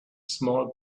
small